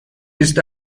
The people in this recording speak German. ist